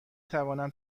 توانم